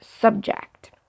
subject